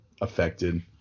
affected